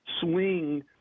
swing